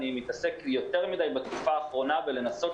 אני מתעסק יותר מדיי בתקופה האחרונה בלנסות